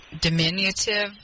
diminutive